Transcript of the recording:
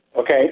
Okay